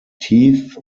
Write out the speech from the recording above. teeth